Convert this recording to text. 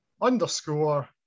underscore